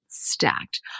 Stacked